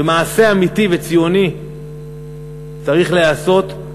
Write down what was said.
ומעשה אמיתי וציוני צריך להיעשות.